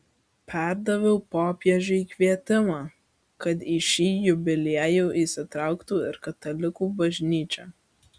perdaviau popiežiui kvietimą kad į šį jubiliejų įsitrauktų ir katalikų bažnyčia